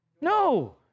No